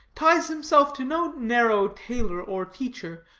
ties himself to no narrow tailor or teacher,